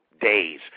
days